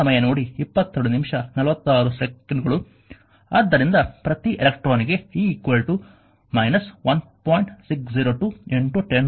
ಆದ್ದರಿಂದ ಪ್ರತಿ ಎಲೆಕ್ಟ್ರಾನ್ಗೆ e −1